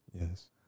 Yes